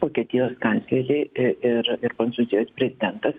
vokietijos kanclerė ir ir prancūzijos prezidentas